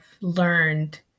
learned